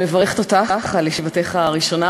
אני מברכת אותך על ישיבתך הראשונה.